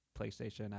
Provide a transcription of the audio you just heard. PlayStation